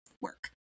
work